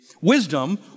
Wisdom